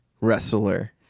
wrestler